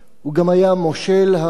הוא גם היה מושל הווילאייט,